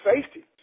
safety